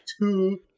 two